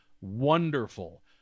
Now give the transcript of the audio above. wonderful